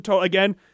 again